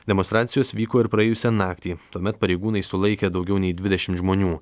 demonstracijos vyko ir praėjusią naktį tuomet pareigūnai sulaikė daugiau nei dvidešimt žmonių